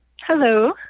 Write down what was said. Hello